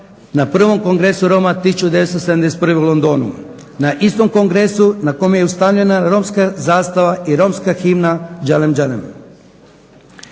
na 1.kongresu Roma 1971. u Londonu, na istom kongresu na kome je ustanovljena romska zastava i romska himna Đelem, đelem.